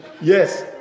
Yes